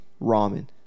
ramen